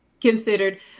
Considered